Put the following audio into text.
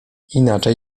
inaczej